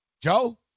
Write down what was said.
Joe